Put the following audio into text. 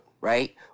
Right